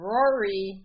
Rory